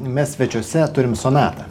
mes svečiuose turim sonatą